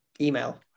email